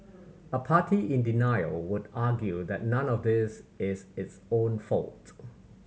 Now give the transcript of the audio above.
a party in denial would argue that none of this is its own fault